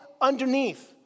underneath